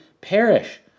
perish